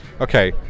okay